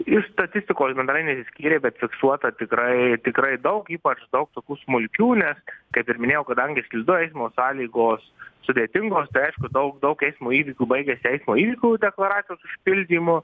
iš statistikos bendrai neišsiskyrė bet fiksuota tikrai tikrai daug ypač daug tokių smulkių nes kaip ir minėjau kadangi slidu eismo sąlygos sudėtingos tai aišku daug daug eismo įvykių baigiasi eismo įvykių deklaracijos užpildymu